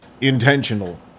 Intentional